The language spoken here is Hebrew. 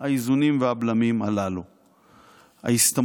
האיזונים והבלמים האלה --- ההסתמכות